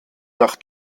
nach